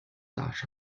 大厦